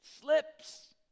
Slips